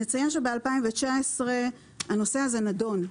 נציין שב-2019 הנושא הזה נדון.